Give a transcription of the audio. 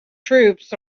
troops